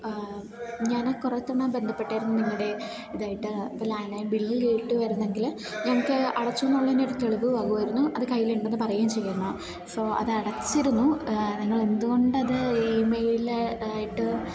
ഞാൻ കുറേ തവണ ബന്ധപ്പെട്ടായിരുന്നു നിങ്ങളുടെ ഇതുമായിട്ട് ഇപ്പം ലാൻഡ് ലൈൻ ബില്ല് കേട്ട് വരുന്നെങ്കിൽ ഞങ്ങൾക്ക് അടച്ചുവെന്നുള്ളതിന് ഒരു തെളിവു ആകുമായിരുന്നു അത് കയ്യിലുണ്ടെന്നു പറയുകയും ചെയ്യാമായിരുന്നു സോ അത് അടച്ചിരുന്നു നിങ്ങളെന്തു കൊണ്ടത് ഈമെയിൽ ആയിട്ട്